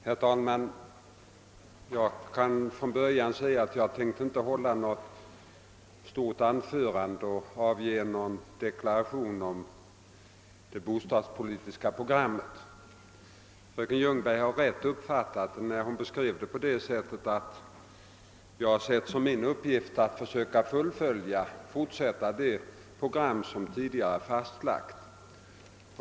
Herr talman! Jag kan från början säga att jag inte tänker hålla något långt anförande eller avge någon deklaration om det bostadspolitiska programmet. Fröken Ljungberg hade rätt uppfattat saken när hon beskrev det på det sättet att jag har sett som min uppgift att försöka fullfölja det program som tidgare är fastlagt.